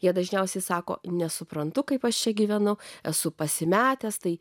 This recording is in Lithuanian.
jie dažniausiai sako nesuprantu kaip aš čia gyvenu esu pasimetęs tai